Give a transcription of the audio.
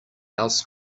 else